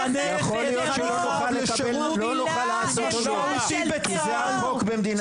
יכול להיות שלא נוכל לעשות -- כי זה החוק במדינת ישראל,